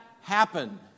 happen